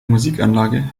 musikanlage